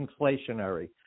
inflationary